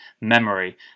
memory